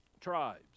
tribes